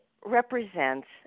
represents